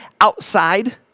outside